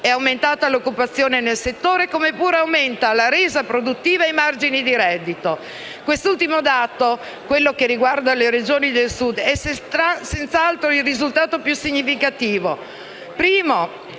Aumenta l'occupazione nel settore, come pure aumenta la resa produttiva e il margine di reddito. Quest'ultimo dato, relativo alle Regioni del Sud, è senz'altro il risultato più significativo,